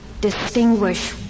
distinguish